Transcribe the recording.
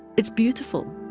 it's beautiful